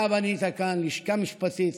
אתה בנית כאן לשכה משפטית,